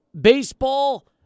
baseball